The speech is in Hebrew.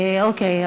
אוקיי.